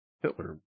Hitler